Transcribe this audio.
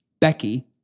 Becky